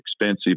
expensive